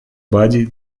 body